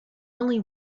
only